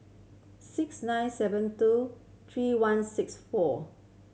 six nine seven two three one six four